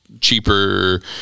cheaper